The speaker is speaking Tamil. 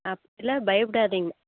ஆ அப்படிலாம் பயப்படாதீங்க